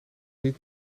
niet